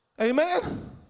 Amen